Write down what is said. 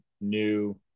new